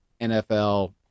NFL